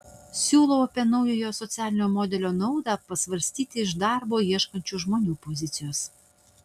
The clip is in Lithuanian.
siūlau apie naujojo socialinio modelio naudą pasvarstyti iš darbo ieškančių žmonių pozicijos